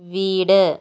വീട്